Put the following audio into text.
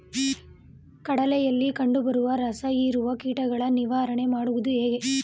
ಕಡಲೆಯಲ್ಲಿ ಕಂಡುಬರುವ ರಸಹೀರುವ ಕೀಟಗಳ ನಿವಾರಣೆ ಮಾಡುವುದು ಹೇಗೆ?